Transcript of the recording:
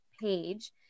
page